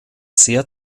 sehr